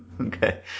Okay